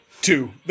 Two